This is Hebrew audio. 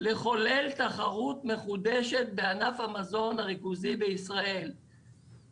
לחולל תחרות מחודשת בענף המזון הריכוזי בישראל.